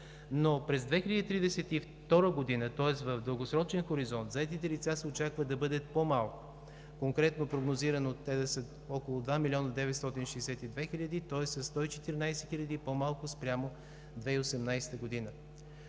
През 2032 г. тоест в дългосрочен хоризонт, заетите лица се очаква да бъдат по-малко. Конкретно прогнозирано е те да са около 2 млн. 962 хиляди, тоест със 114 хиляди по-малко спрямо 2018 г,